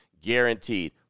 guaranteed